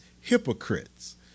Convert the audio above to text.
hypocrites